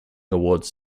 awards